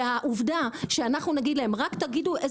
והעובדה שאנחנו נגיד להם רק תבדקו את